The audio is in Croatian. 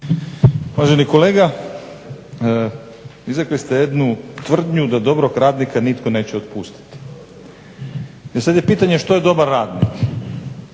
pitanje što je dobar radnik?